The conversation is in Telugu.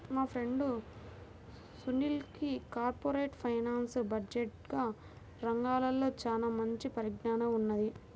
మా ఫ్రెండు సునీల్కి కార్పొరేట్ ఫైనాన్స్, బడ్జెట్ రంగాల్లో చానా మంచి పరిజ్ఞానం ఉన్నది